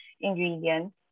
ingredients